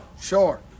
Sure